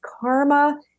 karma